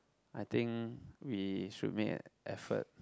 I think we should make an effort